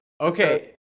Okay